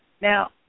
Now